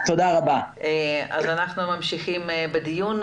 נמשיך בדיון.